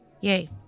Yay